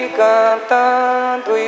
cantando